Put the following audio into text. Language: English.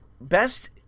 best